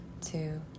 two